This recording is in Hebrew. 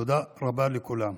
תודה רבה לכולם.